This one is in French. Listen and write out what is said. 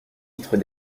vitres